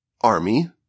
army